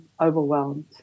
overwhelmed